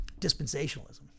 dispensationalism